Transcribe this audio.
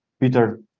peter